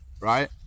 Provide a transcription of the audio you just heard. right